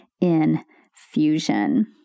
infusion